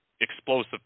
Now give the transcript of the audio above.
explosive